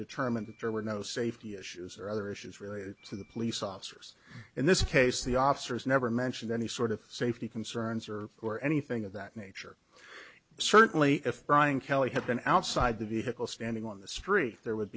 determine that there were no safety issues or other issues related to the police officers in this case the officers never mentioned any sort of safety concerns or or anything of that nature certainly if brian kelly had been outside the vehicle standing on the street there would